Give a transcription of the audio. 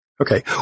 Okay